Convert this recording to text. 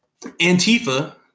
Antifa